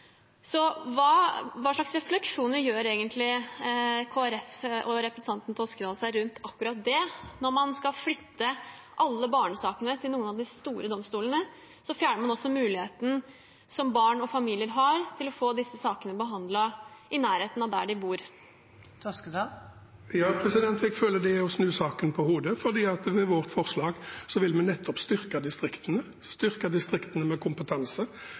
Hva slags refleksjoner gjør egentlig Kristelig Folkeparti og representanten Toskedal seg rundt akkurat det? Når man skal flytte alle barnesakene til noen av de store domstolene, fjerner man også muligheten som barn og familier har, til å få disse sakene behandlet i nærheten av der de bor. Jeg føler det er å snu saken på hodet, for med vårt forslag vil vi nettopp styrke distriktene med kompetanse.